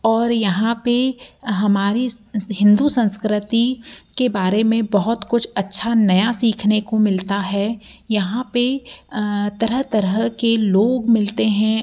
और यहाँ पर हमारी हिन्दू संस्कृति के बारे में बहुत कुछ अच्छा नया सीखने को मिलता है यहाँ पर तरह तरह के लोग मिलते हैं